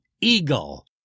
eagle